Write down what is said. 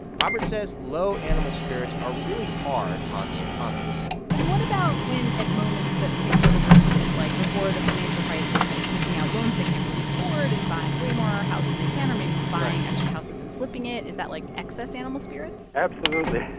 robert says low animal spirits are really hard on the economy and what about when, at moments that things are overheated, like before the financial crisis, like taking out loans they can't really afford and buying way more house than they can or maybe buying extra houses and flipping it, is that like excess animal spirits? absolutely,